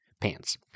pants